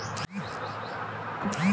सोनम धान के बिज के पैदावार कइसन होखेला?